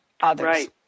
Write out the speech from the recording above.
others